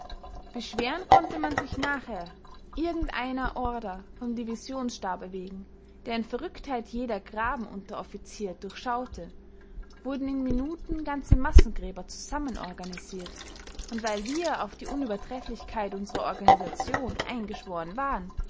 beschweren konnte man sich nachher irgend einer order vom divisionsstabe wegen deren verrücktheit jeder grabenunteroffizier durchschaute wurden in minuten ganze massengräber zusammenorganisiert und weil wir auf die unübertrefflichkeit unserer organisation eingeschworen waren